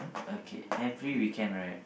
okay every weekend right